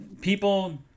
people